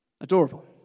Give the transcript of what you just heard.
Adorable